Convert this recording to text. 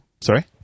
Sorry